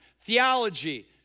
theology